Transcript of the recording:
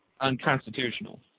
unconstitutional